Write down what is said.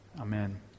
Amen